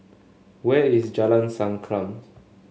where is Jalan Sankam